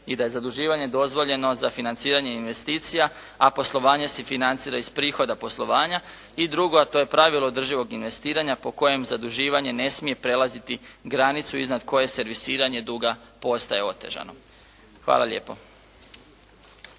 i da je zaduživanje dozvoljeno za financiranje investicija, a poslovanje se financira iz prihoda poslovanja. I drugo, to je pravilo održivog investiranja po kojem zaduživanje ne smije prelaziti granicu iznad koje servisiranje duga postaje otežano. Hvala lijepo.